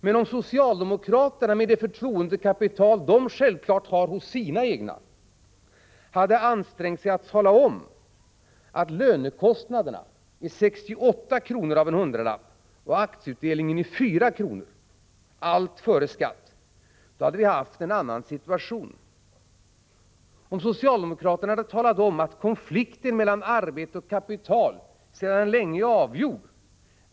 Men om socialdemokraterna, med det förtroendekapital som de självfallet har hos sina egna, hade ansträngt sig att tala om att lönekostnaderna är 68 kr. av en hundralapp och aktieutdelningen 4 kr. — allt före skatt — hade vi haft en annan situation, liksom om socialdemokraterna hade talat om att konflikten mellan arbete och kapital sedan länge är avgjord.